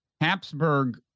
Habsburg